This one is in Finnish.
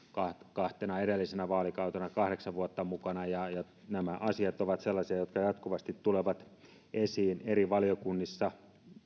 kahtena edellisenä vaalikautena kahdeksan vuotta mukana ja ja nämä asiat ovat sellaisia jotka jatkuvasti tulevat esiin eri valiokunnissa